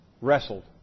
wrestled